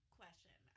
question